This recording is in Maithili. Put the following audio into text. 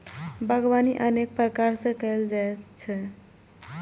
बागवानी अनेक प्रकार सं कैल जाइ छै